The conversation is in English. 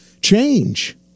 change